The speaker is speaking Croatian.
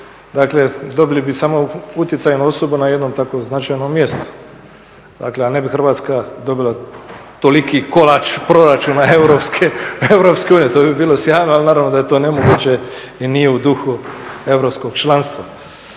dakle dobili bi samo utjecajnu osobu na jednom tako značajnom mjestu. Dakle, a ne bi Hrvatska dobila toliki kolač proračuna EU, to bi bilo sjajno, ali naravno da je to nemoguće i nije u duhu europskog članstva.